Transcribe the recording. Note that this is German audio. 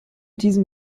diesem